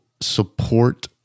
support